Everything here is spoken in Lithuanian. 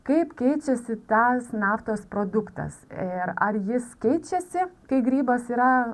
kaip keičiasi tas naftos produktas ir ar jis keičiasi kai grybas yra